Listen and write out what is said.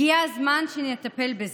הגיע הזמן שנטפל בזה.